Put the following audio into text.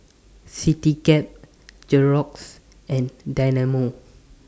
Citycab Xorex and Dynamo